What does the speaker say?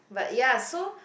but ya so